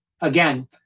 again